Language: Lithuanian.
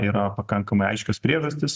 yra pakankamai aiškios priežastys